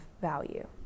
value